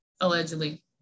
Allegedly